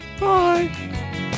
Bye